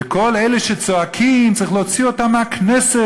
וכל אלה שצועקים שצריך להוציא אותה מהכנסת,